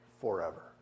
forever